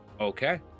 okay